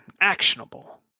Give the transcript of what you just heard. actionable